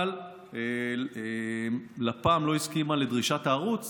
אבל לפ"מ לא הסכימה לדרישת הערוץ